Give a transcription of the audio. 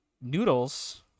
Noodles